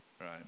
right